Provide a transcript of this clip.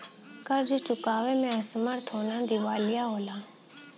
कर्ज़ चुकावे में असमर्थ होना दिवालिया होला